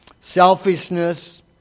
Selfishness